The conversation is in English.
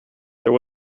there